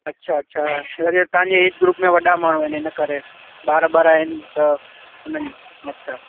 अच्छा अच्छा लॻे थो तव्हांजे इन ग्रुप में वॾा माण्हू आहिनि इन करे ॿार ॿार आहिनि सभु उन्हनि अच्छा